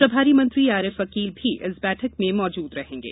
प्रभारी मंत्री आरिफ अकील भी इस बैठक में मौजूद रहेंगे